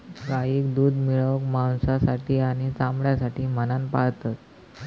गाईक दूध मिळवूक, मांसासाठी आणि चामड्यासाठी म्हणान पाळतत